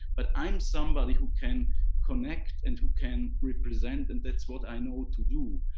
but i'm somebody who can connect and who can represent and that's what i know to do.